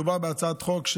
מדובר בהצעת חוק,